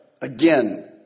Again